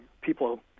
people